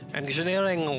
engineering